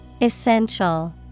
Essential